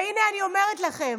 הינה, אני אומרת לכם,